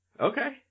Okay